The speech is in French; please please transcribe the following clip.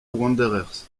wanderers